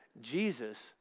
Jesus